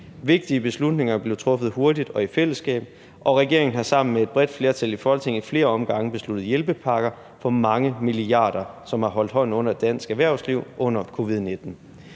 Vigtige beslutninger blev truffet hurtigt og i fællesskab, og regeringen har sammen med et bredt flertal i Folketinget ad flere omgange besluttet hjælpepakker for mange milliarder kroner, som har holdt hånden under dansk erhvervsliv under covid-19.